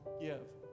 give